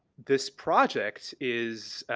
this project is,